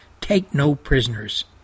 take-no-prisoners